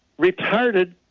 retarded